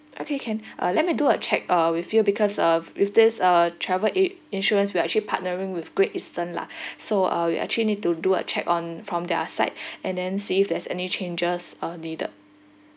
okay can uh let me do a check uh with you because uh with this uh travel i~ insurance we are actually partnering with great eastern lah so uh we actually need to do a check on from their side and then see if there's any changes are needed